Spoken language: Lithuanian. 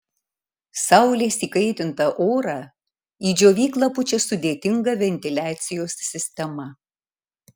saulės įkaitintą orą į džiovyklą pučia sudėtinga ventiliacijos sistema